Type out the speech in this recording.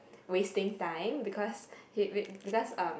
wasting time because because um